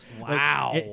Wow